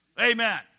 Amen